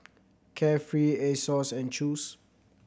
Carefree Asos and Chew's